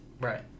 Right